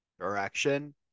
direction